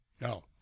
no